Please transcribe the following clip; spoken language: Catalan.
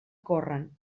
corren